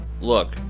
look